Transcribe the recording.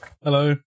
hello